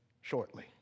shortly